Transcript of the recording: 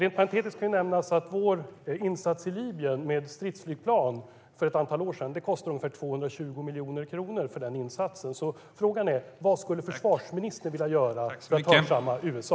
Inom parentes kan nämnas att vår insats med stridsflygplan i Libyen för ett antal år sedan kostade ungefär 220 miljoner kronor. Frågan är alltså: Vad skulle försvarsministern vilja göra för att hörsamma USA?